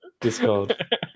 Discord